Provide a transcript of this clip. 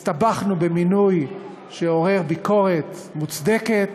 הסתבכנו במינוי שעורר ביקורת מוצדקת,